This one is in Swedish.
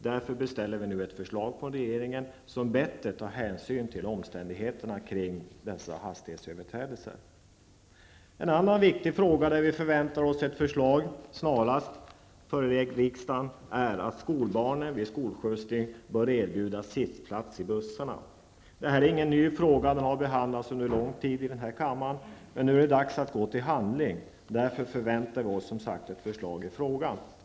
Därför beställer vi nu ett förslag från regeringen som bättre tar hänsyn till omständigheterna kring hastighetsöverträdelser. En annan viktig fråga där vi förväntar oss att ett förslag snarast föreläggs riksdagen är att skolbarnen vid skolskjutsning bör erbjudas sittplats i bussen. Detta är ingen ny fråga. Den har behandlats under lång tid, men nu är det dags att gå till handling. Därför förväntar vi oss ett förslag i frågan.